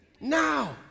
now